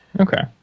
Okay